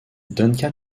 duncan